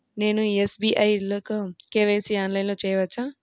నేను ఎస్.బీ.ఐ లో కే.వై.సి ఆన్లైన్లో చేయవచ్చా?